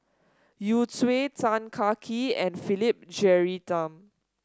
Yu Zhuye Tan Kah Kee and Philip Jeyaretnam